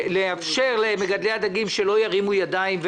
לאפשר למגדלי הדגים שלא ירימו ידיים.